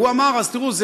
והוא אמר אז: תראו,